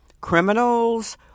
criminals